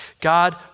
God